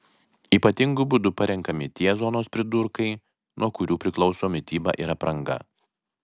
ypatingu būdu parenkami tie zonos pridurkai nuo kurių priklauso mityba ir apranga